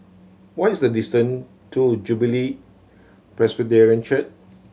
what is the distant to Jubilee Presbyterian Church